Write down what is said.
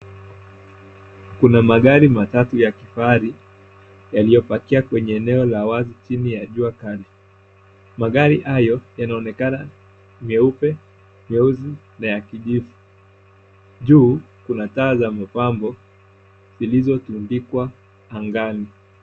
Kuna magari matatu ya kifahari yaliyopakia kwenye eneo la wazi chini ya jua kali. Magari hayo yanaonekana nyeupe, nyeusi na ya kijivu. Juu, kuna taa za mapambo zilizotundikwa angani.